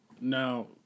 Now